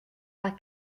pas